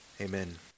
Amen